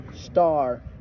Star